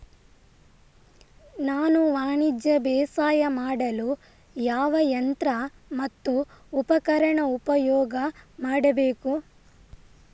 ನಾನು ವಾಣಿಜ್ಯ ಬೇಸಾಯ ಮಾಡಲು ಯಾವ ಯಂತ್ರ ಮತ್ತು ಉಪಕರಣ ಉಪಯೋಗ ಮಾಡಬೇಕು?